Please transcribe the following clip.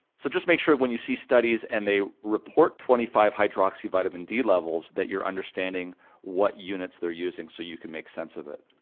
so just make sure when you see studies and they report twenty five hydroxy vitamin d levels that you're understanding what units they're using, so you can make sense of it.